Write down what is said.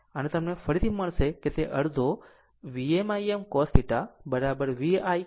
અને તમને ફરીથી મળશે કે તે અડધો Vm Im cos θ V I cos θ છે